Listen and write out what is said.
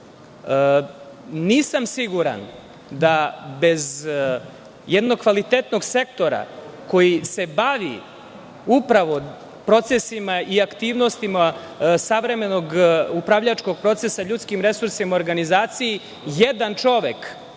siguran da bez jednog kvalitetnog sektora koji se bavi upravo procesima i aktivnostima savremenog upravljačkog procesa ljudskim resursima i organizaciji, jedan čovek,